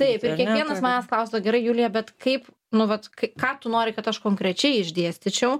taip ir kiekvienas manęs klaustų gerai julija bet kaip nu vat k ką tu nori kad aš konkrečiai išdėstyčiau